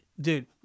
dude